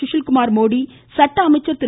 சுஷில் குமார் மோடி சட்ட அமைச்சர் திரு